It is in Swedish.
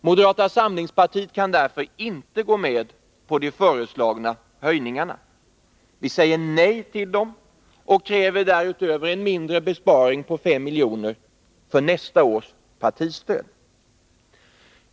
Moderata samlingspartiet kan därför inte gå med på de föreslagna höjningarna. Vi säger nej till dem och kräver därutöver en mindre besparing på 5 miljoner för nästa års partistöd.